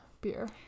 beer